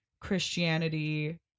Christianity